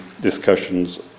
discussions